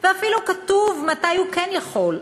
ואפילו כתוב מתי הוא כן יכול,